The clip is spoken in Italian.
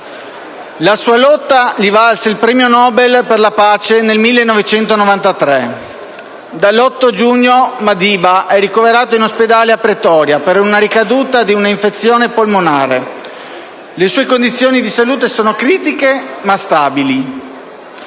La sua lotta gli valse il premio Nobel per la pace nel 1993. Dall'8 giugno Madiba è ricoverato in ospedale a Pretoria per una ricaduta di un'infezione polmonare; le sue condizioni di salute sono critiche ma stabili.